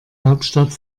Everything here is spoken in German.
hauptstadt